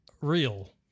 real